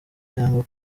cyangwa